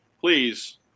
please